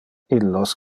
illos